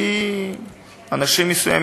אנשים שרוצים